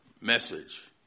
message